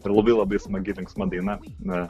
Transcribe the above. ir labai labai smagi linksma daina na